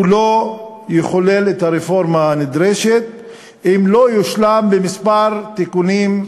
הוא לא יחולל את הרפורמה הנדרשת אם הוא לא יושלם בכמה תיקונים,